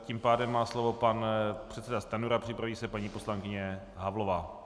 Tím pádem má slovo pan předseda Stanjura, připraví se paní poslankyně Havlová.